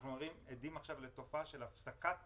אנחנו עדים עכשיו לתופעה של הפסקת